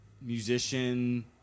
musician